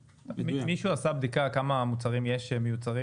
מישהו עשה בדיקה כמה מוצרים יש שמיוצרים